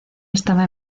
estaba